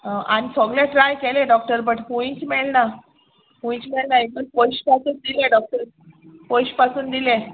आमी सोगलें ट्राय केलें डॉक्टर बट हूंयच मेळना हूंयच मेळनाय इतू पोयशे पासून दिले डॉक्टर पोयशे पासून दिले